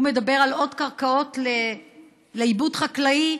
הוא מדבר על עוד קרקעות לעיבוד חקלאי,